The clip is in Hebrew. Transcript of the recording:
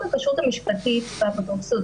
חוק הכשרות המשפטית והאפוטרופסות,